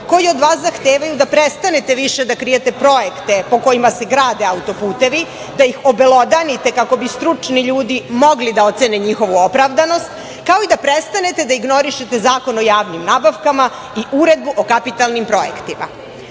koji od vas zahtevaju da prestanete više da krijete projekte kojima se grade autoputevi i da ih obelodanite kako bi stručni ljudi mogli da ocene njihovu opravdanost, kao i da prestanete da ignorišete Zakon o javnim nabavkama i uredbu o kapitalnim projektima. Takođe,